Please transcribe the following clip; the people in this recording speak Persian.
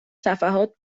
صفحات